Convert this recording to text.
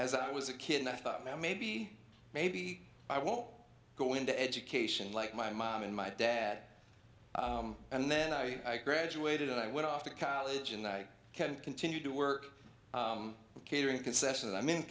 as i was a kid and i thought now maybe maybe i won't go into education like my mom and my dad and then i graduated i went off to college and i can't continue to work catering concessional i'm in